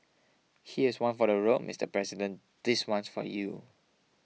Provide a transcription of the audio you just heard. here's one for the road Mister President this one's for you